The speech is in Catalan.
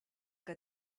que